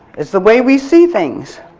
it's the way we see things.